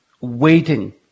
waiting